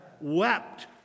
Wept